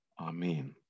amen